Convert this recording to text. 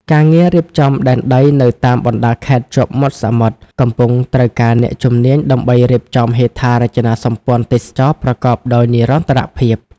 ការងាររៀបចំដែនដីនៅតាមបណ្ដាខេត្តជាប់មាត់សមុទ្រ កំពុងត្រូវការអ្នកជំនាញដើម្បីរៀបចំហេដ្ឋារចនាសម្ព័ន្ធទេសចរណ៍ប្រកបដោយនិរន្តរភាព។